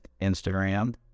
Instagram